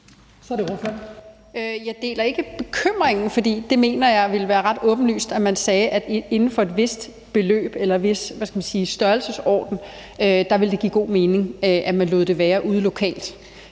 Jeg deler ikke bekymringen, for jeg mener, det ville være ret åbenlyst, at man sagde, at inden for et vist beløb eller inden for en vis størrelsesorden ville det give god mening at lade det ligge ude lokalt.